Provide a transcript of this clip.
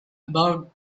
about